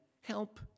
help